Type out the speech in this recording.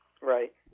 Right